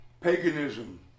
paganism